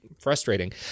frustrating